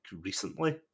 recently